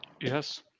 Yes